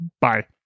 Bye